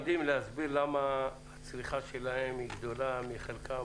אנחנו יודעים להסביר למה הצריכה שלהם היא גדולה מחלקם,